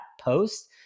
post